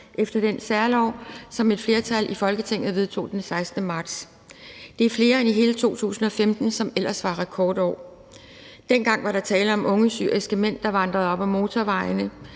efter den særlov, som et flertal i Folketinget vedtog den 16. marts. Det er flere end i hele 2015, som ellers var rekordår. Dengang var der tale om unge syriske mænd, der vandrede op ad motorvejene.